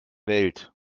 welt